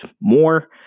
more